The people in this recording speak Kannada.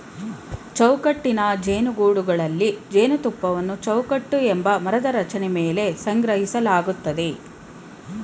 ಚೌಕಟ್ಟಿನ ಜೇನುಗೂಡುಗಳಲ್ಲಿ ಜೇನುತುಪ್ಪವನ್ನು ಚೌಕಟ್ಟು ಎಂಬ ಮರದ ರಚನೆ ಮೇಲೆ ಸಂಗ್ರಹಿಸಲಾಗ್ತದೆ